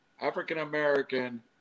African-American